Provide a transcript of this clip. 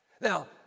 Now